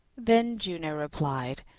then juno replied,